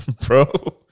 Bro